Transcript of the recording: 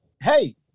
hey